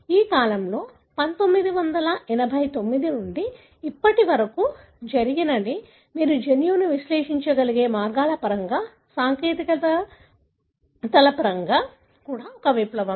ఈ కాలంలో 1989 నుండి ఇప్పటి వరకు జరిగినది మీరు జన్యువును విశ్లేషించగలిగే మార్గాల పరంగా సాంకేతికతల పరంగా కూడా ఒక విప్లవం